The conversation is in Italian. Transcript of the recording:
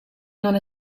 non